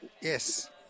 Yes